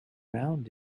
around